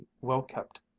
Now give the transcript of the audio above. well-kept